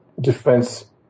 defense